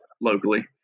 locally